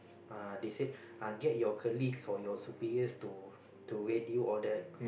ah they said ah get your colleagues or your superiors to to rate you all that